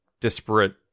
disparate